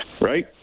right